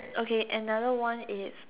okay another one is